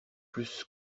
plus